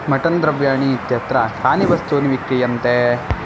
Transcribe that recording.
mutton द्रव्याणि इत्यत्र कानि वस्तूनि विक्रियन्ते